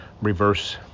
reverse